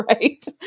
right